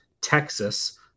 Texas